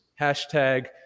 Hashtag